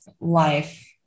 life